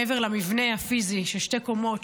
מעבר למבנה הפיזי של שתי קומות,